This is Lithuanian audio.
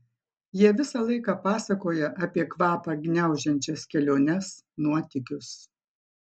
jie visą laiką pasakoja apie kvapią gniaužiančias keliones nuotykius